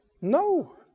No